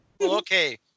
Okay